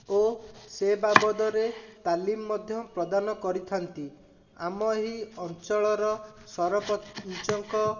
ଓ ସେ ବାବଦରେ ତାଲିମ୍ ମଧ୍ୟ ପ୍ରଦାନ କରିଥାନ୍ତି ଆମ ଏହି ଅଞ୍ଚଳର ସରପଞ୍ଚଙ୍କ